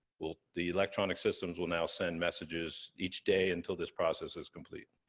we'll, the electronic systems will now send messages each day until this process is complete.